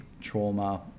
trauma